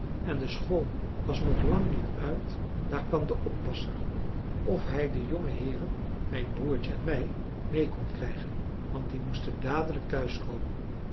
en de school was nog lang niet uit daar kwam de oppasser of hij de jongeheeren mijn broertje en mij mee kon krijgen want die moesten dadelijk